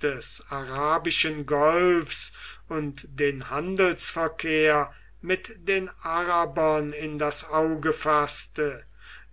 des arabischen golfs und den handelsverkehr mit den arabern in das auge faßte